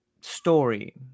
story